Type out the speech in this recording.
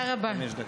חמש דקות.